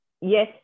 Yes